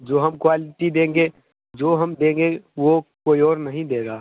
जो हम क्वालिटी देंगे जो हम देंगे वह कोई और नहीं देगा